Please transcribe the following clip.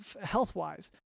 health-wise